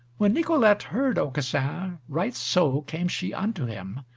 when nicolete heard aucassin, right so came she unto him,